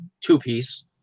two-piece